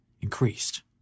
increased